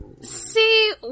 see